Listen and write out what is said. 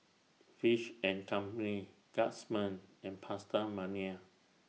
Fish and Company Guardsman and PastaMania